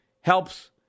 helps